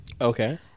Okay